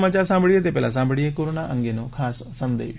સમાયાર સાંભળીએ તે પહેલાં સાંભળીએ કોરોના અંગેનો આ ખાસ સંદેશ